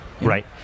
Right